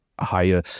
higher